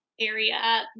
area